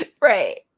Right